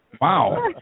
Wow